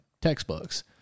textbooks